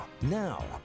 now